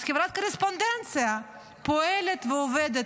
חברת הקורספונדנציה פועלת ועובדת.